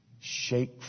shake